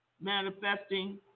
manifesting